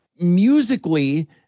musically